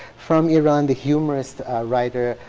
from iran, the humorist writer,